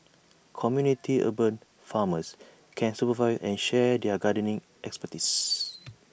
community 'urban farmers' can supervise and share their gardening expertise